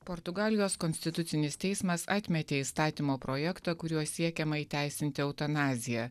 portugalijos konstitucinis teismas atmetė įstatymo projektą kuriuo siekiama įteisinti eutanaziją